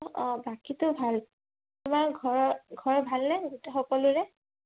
অঁ অঁ বাকীটো ভাল তোমাৰ ঘৰৰ ঘৰৰ ভালনে সকলোৰে